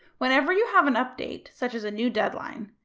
whenever you have an update, such as a new deadline,